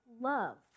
love